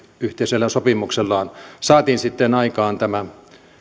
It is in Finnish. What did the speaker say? yhteisellä sopimuksellaan saatiin ensin aikaan tämä